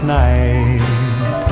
night